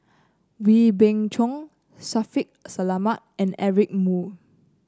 Wee Beng Chong Shaffiq Selamat and Eric Moo